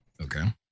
Okay